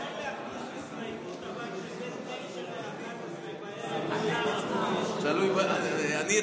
אבל אפשר להכניס הסתייגות שבין 21:00 ל-23:00,